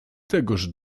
tegoż